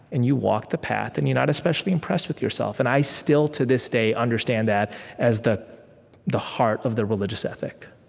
and you walk the path, and you're not especially impressed with yourself. and i still, to this day, understand that as the the heart of the religious ethic